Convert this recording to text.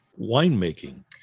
winemaking